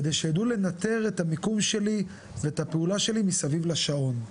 כדי שידעו לנטר את המיקום שלי ואת הפעולה שלי מסביב לשעון.